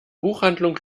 buchhandlung